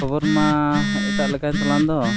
ᱠᱷᱚᱵᱚᱨ ᱢᱟ ᱮᱴᱟᱜ ᱞᱮᱠᱟᱭᱮᱱ ᱛᱟᱞᱟᱝ ᱫᱚ